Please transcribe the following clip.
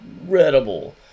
incredible